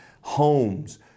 homes